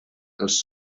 els